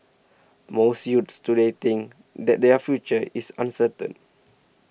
most youths today think that their future is uncertain